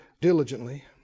diligently